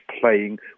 playing